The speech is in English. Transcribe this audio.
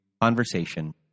conversation